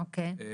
אני אגיד